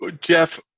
Jeff